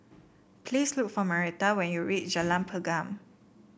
please look for Marietta when you reach Jalan Pergam